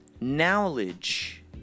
knowledge